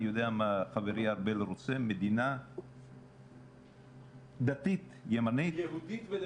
אני יודע מה חברי ארבל רוצה מדינה דתית ימנית -- יהודית ודמוקרטית.